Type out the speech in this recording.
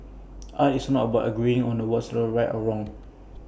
art is not about agreeing on what's right or wrong